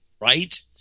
Right